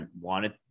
wanted